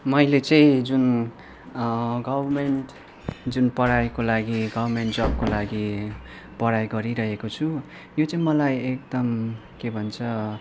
मैले चाहिँ जुन गभर्मेन्ट जुन पढाइको लागि गभर्मेन्ट जबको लागि पढाइ गरिरहेको छु यो चाहिँ मलाई एकदम के भन्छ